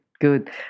good